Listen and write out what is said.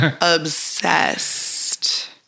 Obsessed